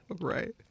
Right